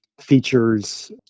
features